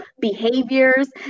behaviors